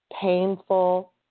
Painful